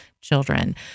children